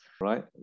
right